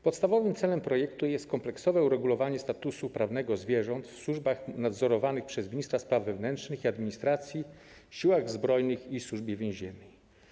Podstawowym celem projektu jest kompleksowe uregulowanie statusu prawnego zwierząt w służbach nadzorowanych przez ministra spraw wewnętrznych i administracji w Siłach Zbrojnych i Służbie Więziennej.